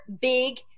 big